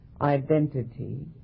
identity